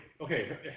Okay